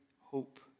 hope